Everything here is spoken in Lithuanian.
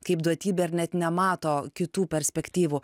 kaip duotybę ir net nemato kitų perspektyvų